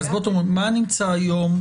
אז מה נמצא היום?